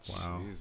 Wow